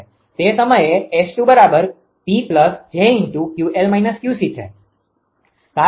તે સમયે 𝑆2𝑃𝑗𝑄𝑙−𝑄𝐶 છે